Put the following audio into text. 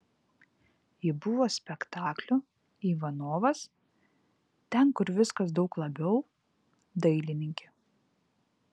ji buvo spektaklių ivanovas ten kur viskas daug labiau dailininkė